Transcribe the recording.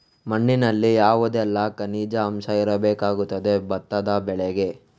ಮಣ್ಣಿನಲ್ಲಿ ಯಾವುದೆಲ್ಲ ಖನಿಜ ಅಂಶ ಇರಬೇಕಾಗುತ್ತದೆ ಭತ್ತದ ಬೆಳೆಗೆ?